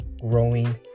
growing